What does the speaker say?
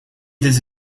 this